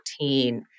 2014